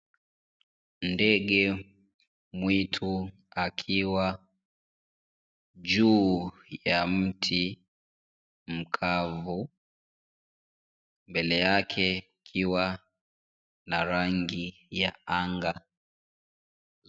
Ndege mwitu akiwa juu ya mti mkavu, mbele yake ikiwa na rangi ya anga.